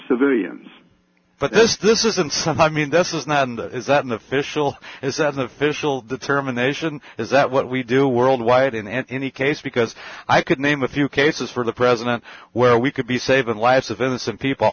civilians but this isn't some i mean this is not is that an official is that official determination is that what we do worldwide in any case because i could name a few cases for the president where we could be saving the lives of innocent people